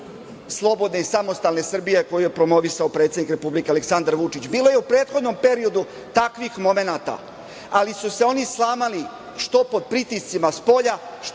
slobodne i samostalne Srbije koju je promovisao predsednik Republike Srbije Aleksandar Vučić. Bilo je u prethodnom periodu takvih momenata, ali su se oni slamali što pod pritiscima spolja,